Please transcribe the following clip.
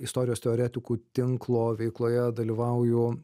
istorijos teoretikų tinklo veikloje dalyvauju